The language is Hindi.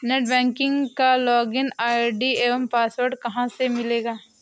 नेट बैंकिंग का लॉगिन आई.डी एवं पासवर्ड कहाँ से मिलेगा?